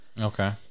Okay